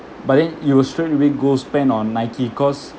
but then you would straight away go spend on nike because